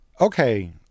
okay